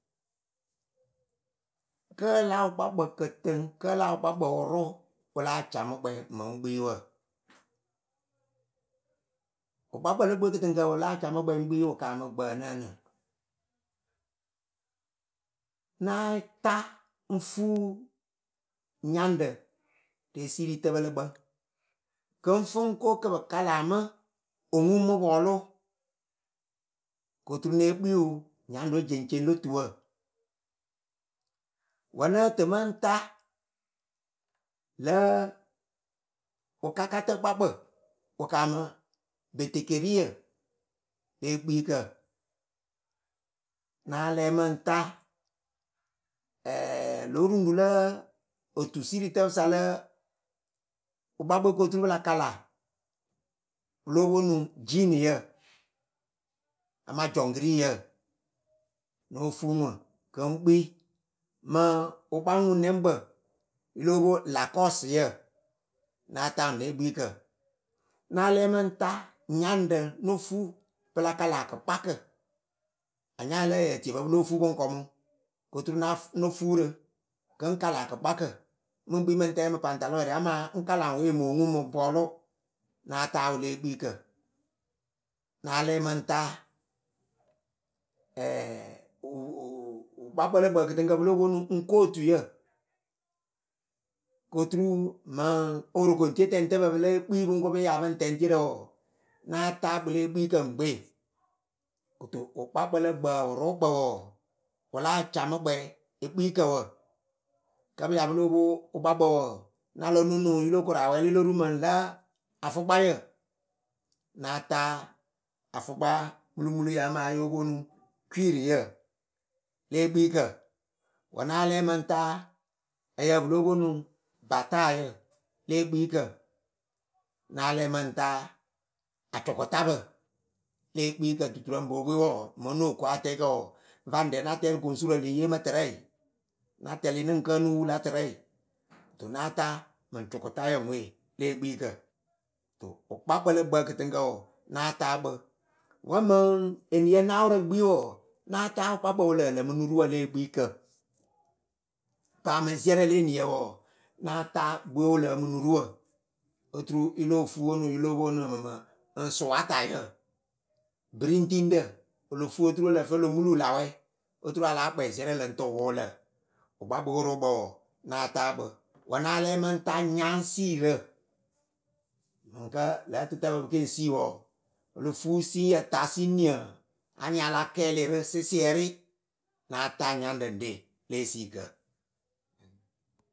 kǝ la wɨkpakpǝ kɨtɨŋ? kǝ la wɨkpakpǝ wɨrʊ wɨ láa camɨ kpɛ mɨŋ kpi wǝ? wɨkpakpǝ le gbɨwe kɨtɨŋkǝ wɨ láa camɨkpɛ mɨŋ kpi wɨ kaamɨ gbǝǝnɨ ǝnɨ: náa ta ŋ fuu nyaŋɖǝ re esiiritǝpǝ lǝkpǝŋ kɨ ŋ fɨ ŋ ko kɨ pɨ kala mɨ oŋuŋ mɨ pɔlʊ koturu née kpi wɨ nyaŋɖǝ we jeŋceŋ lo tuwǝ wǝ nǝ tɨ mɨŋ ta lǝ̌ wɨkakatǝkpakpǝ wɨ kaamɨ betekeliyǝ le ekpiikǝ náa lɛ mɨŋ ta lǒ ruŋɖu lǝ otusiiritǝpɨsa lǝ wɨkpakpɨ we koturu pɨ la kala pɨ lóo pwo onuŋ jiniyǝ amaa jɔŋgiriyǝ. no fuu ŋwɨ kɨ ŋ kpi mɨ wɨkpaŋuŋnɛŋkpǝ yɨ lóo pwo lakosɩyǝ. náa ta ne ekpikǝ. náa lɛ mɨŋ ta no fuu pɨ la kala kɨkpakǝ anyaŋ lǝ ǝyǝ etiepǝ pɨ lóo fuu pɨŋ kɔmʊ koturu na no fuu rɨ kɨŋ kala kɨkpakǝ mɨŋ kpi mɨŋ tɛ mɨ paŋtɔlɔrɛ amaa ŋ kala ŋwe mɨŋ oŋuŋ mɨŋ pɔlʊ, náa ta ne ekpikǝ na lɛ mɨŋ ta wɨ wɨkpakpǝ lǝ gbǝ kɨtɨŋkǝ pɨ lóo pwo nuŋ kotuyǝ, koturu mɨŋ oworokotietɛŋtɨpǝ pɨ lée kpi pɨŋ ko pɨŋ tɛŋ worokodierǝ wɔɔ, náa ta kpɨ le ekpikǝ ŋgbe kɨto wɨkpakpǝ lǝ gbǝ wɨrʊkpǝ wɔɔ wɨ láa camɨkpɛ ekpikǝ wǝ kǝ pɨ ya pɨlo wɨkpakpǝ wɔɔ na lɔ nonuŋ yɨlo kora wɛlɩ lo rurɨ mɨŋ lǎ afʊkpayǝ. Náa taa. náa taa afʊkpa mulumuluyǝ amaa yopo onuŋ kwiriyǝ le ekpikǝ wǝ náa lɛ mɨŋ taa ǝyǝ pɨlo pwo onuŋ batayǝ le ekpikǝ, náa lɛ acʊkʊtapǝ le ekpikǝ duturǝ bopwe wɔɔ mɨŋ nóo ko atɛɛkǝ wɔɔ ŋ́ faŋ rɛ na tɛrɨ gosurǝ lɨŋ yemɨ tɨrɛ na tɛlɩ nɨŋ kǝǝnɨ wu la tɨrɛ kɨto náa taa mɨŋ cʊkʊtayǝ ŋwe le ekpikǝ kɨto wɨkpakpǝ lǝ gbǝ kɨtɨŋkǝ wɔɔ náa taa kpɨ. wǝ mɨŋ eniyǝ naawʊrǝ gbii wɔɔ, náa taa wɨkpakpǝ wɨ lǝǝ lǝmɨ nuruwǝ le ekpikǝ. Paa mɨŋ ziɛrǝ le eniyǝ wɔɔ náa taa gbɨwe wɨ lǝmɨ nuruwǝ oturu yɨ lo fuu yɨ lɔ po nuŋ ǝmǝmǝ ŋ swatayǝ biriŋtiŋɖǝ o lo fuu oturu ǝ lǝ fɨ o lo mulu la wɛ otu ala kpɛ zɩɛrǝ lɨŋ tɨ wʊlǝ. wɨkpakpɨwe wɨrʊkpǝ wɔɔ, náa taa kpɨ wǝ náa lɛ mɨŋ taa nyaŋsiirǝ mɨŋkǝ lǝ̌ ǝtǝtǝpǝ pɨ keŋ sii wɔɔ, o lo fuu siŋyǝ ta siŋ niǝ anyɩŋ a la kɛlɩrɨ sɩsɩɛrɩ Náa taa nyaŋɖǝ ɖe le esiikǝ.